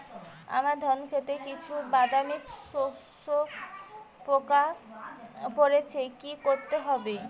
আমার ধন খেতে কিছু বাদামী শোষক পোকা পড়েছে কি করতে হবে?